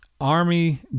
Army